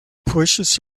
pushes